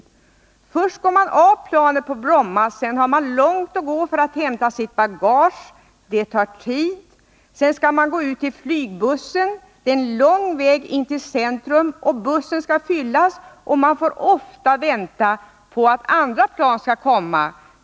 Först går man av planet på flygplatsen. Sedan har man långt att gå för att hämta sitt bagage, och det tar tid. Därefter skall man gå ut till flygbussen, och det är lång väg in till centrum. Bussen skall fyllas, och man får ofta vänta på att andra plan skall komma.